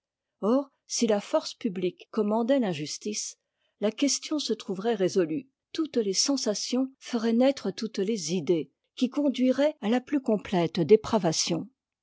or si là force publique commandait l'injustice la question se trouverait résolue toutes les sensations feraient naître toutes les idées qui conduiraient à la plus complète dépravation